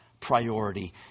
priority